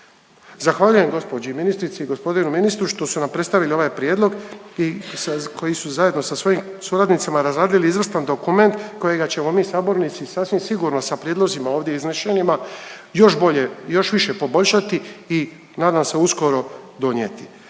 i gospodinu ministru što su nam predstavili ovaj prijedlog i koji su zajedno sa svojim suradnicima razradili izvrstan dokument kojega ćemo mi sabornici sasvim sigurno sa prijedlozima ovdje iznešenima još bolje, još više poboljšati i nadam se uskoro donijeti.